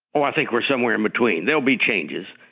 um i think we're somewhere in between. there'll be changes.